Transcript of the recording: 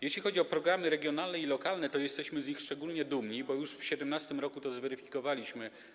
Jeśli chodzi o programy regionalne i lokalne, to jesteśmy z nich szczególnie dumni, bo już w 2017 r. to zweryfikowaliśmy.